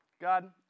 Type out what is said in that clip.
God